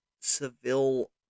Seville